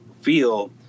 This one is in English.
feel